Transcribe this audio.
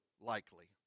likely